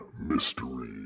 mystery